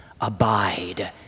Abide